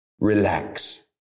relax